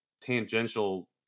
tangential